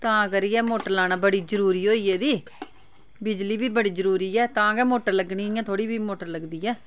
तां करियै मोटर लाना बड़ी जरूरी होई गेदी बिजली बी बड़ी जरूरी ऐ तां गै मोटर लग्गनी इ'यां थोह्ड़ी फ्ही मोटर लगदी ऐ